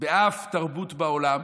באף תרבות בעולם